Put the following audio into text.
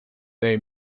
they